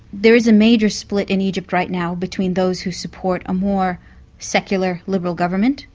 there is a major split in egypt right now between those who support a more secular liberal government,